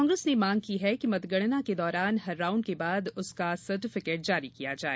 कांग्रेस ने मांग की है कि मतगणना के दौरान हर राउंड के बाद उसका सर्टिफिकेट जारी किया जाए